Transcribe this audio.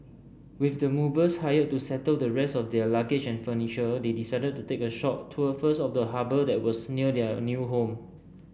with the movers hired to settle the rest of their luggage and furniture they decided to take a short tour first of the harbour that was near their new home